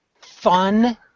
fun